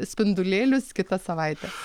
spindulėlius kitą savaitę